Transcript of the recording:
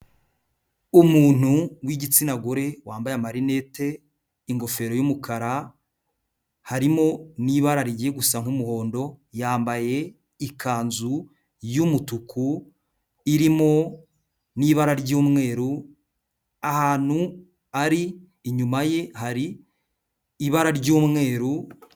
Umuntu w'igitsina gore wambaye marinete, ingofero y'umukara, harimo n'ibara rigiye gusa nk'umuhondo, yambaye ikanzu y'umutuku irimo n'ibara ry'umweru, ahantu ari inyuma ye hari ibara ry'umweru.